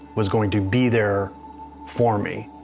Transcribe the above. was going to be there for me.